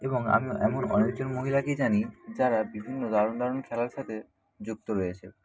এবং আমি এমন অনেকজন মহিলাকেই জানি যারা বিভিন্ন দারুণ দারুণ খেলার সাথে যুক্ত রয়েছে